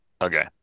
Okay